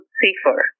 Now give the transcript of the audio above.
safer